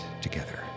together